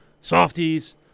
softies